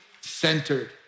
centered